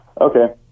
Okay